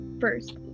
first